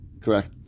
Correct